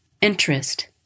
interest